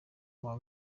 uwa